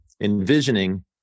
envisioning